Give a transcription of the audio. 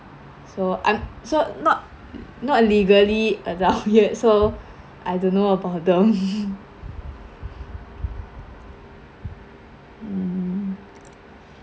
so I'm so not not legally adult yet so I don't know about them mm